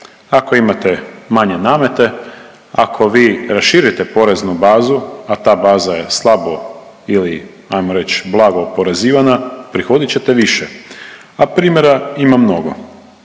Ako imate manje namete, ako vi raširite poreznu bazu, a ta baza je slabo ili ajmo reći, blago oporezivana, prihodit ćete više. A primjera ima mnogo.